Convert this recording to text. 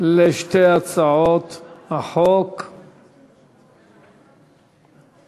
לוין להציג לנו את בקשות הממשלה לגבי החלת דין רציפות על חוקים מסוימים.